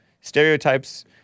Stereotypes